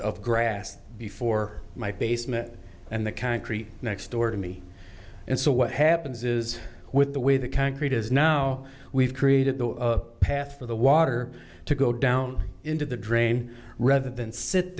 grass before my basement and the concrete next door to me and so what happens is with the way the concrete is now we've created the path for the water to go down into the drain rather than sit